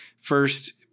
First